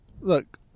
Look